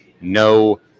no